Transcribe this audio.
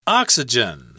oxygen